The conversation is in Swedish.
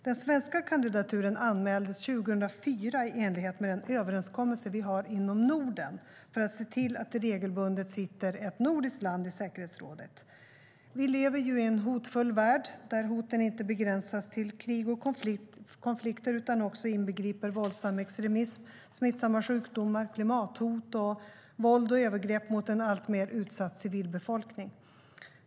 Den svenska kandidaturen anmäldes 2004 i enlighet med den överenskommelse vi har inom Norden för att se till att det regelbundet sitter ett nordiskt land i säkerhetsrådet. Vi lever i en hotfull värld, där hoten inte begränsas till krig och konflikter utan också inbegriper våldsam extremism, smittsamma sjukdomar, klimathot och våld och övergrepp mot en alltmer utsatt civilbefolkning.